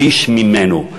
שליש ממנו,